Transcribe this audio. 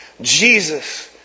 Jesus